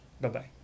Bye-bye